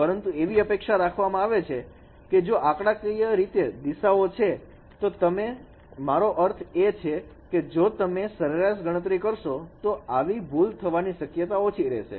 પરંતુ એવી અપેક્ષા રાખવામાં આવે છે કે જો આંકડાકીય રીતે દિશાઓ છે તો તમે મારો અર્થ એ છે કે જો તમે સરેરાશ ગણતરી કરશો તો આવી ભૂલ થવાની શક્યતા ઓછી રહેશે